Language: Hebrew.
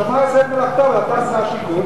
השמאי עושה את מלאכתו, אבל אתה שר השיכון.